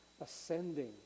Ascending